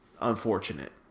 unfortunate